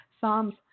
Psalms